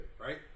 right